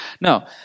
No